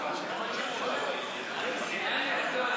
מרצ וחבר הכנסת דב חנין לסעיף 1